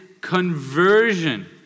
conversion